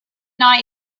not